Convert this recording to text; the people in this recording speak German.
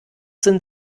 sind